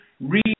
read